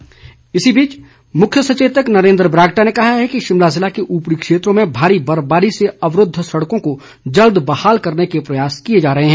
बरागटा मुख्य सचेतक नरेन्द्र बरागटा ने कहा है कि शिमला जिला के उपरी क्षेत्रों में भारी बर्फबारी से अवरूद्ध सड़कों को जल्द बहाल करने के प्रयास किए जा रहे हैं